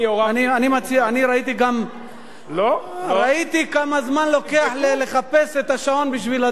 ראיתי כמה זמן לוקח לחפש את השעון כדי להצביע.